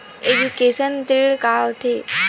Education ऋण का होथे?